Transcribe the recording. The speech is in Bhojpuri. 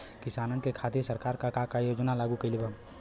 किसानन के खातिर सरकार का का योजना लागू कईले बा?